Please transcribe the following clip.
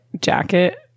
jacket